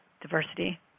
diversity